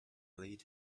lead